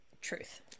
Truth